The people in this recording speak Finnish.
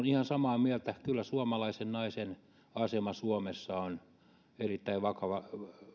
ihan samaa mieltä kyllä suomalaisen naisen asema suomessa on erittäin vakaa